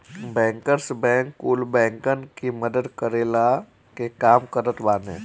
bankers bank कुल बैंकन की मदद करला के काम करत बाने